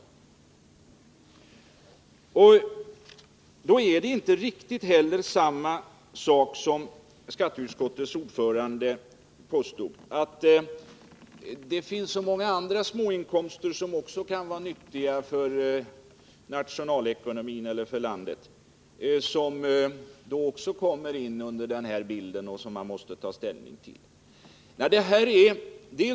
Det förhåller sig inte riktigt på samma sätt med andra småinkomster av verksamheter som också kan vara nyttiga för landet och som man därför kan tvingas ta ställning till.